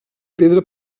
pedra